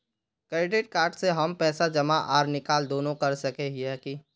Credit card से हम पैसा जमा आर निकाल दोनों कर सके हिये की?